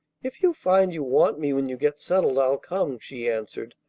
if you find you want me when you get settled, i'll come, she answered,